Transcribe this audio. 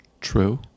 True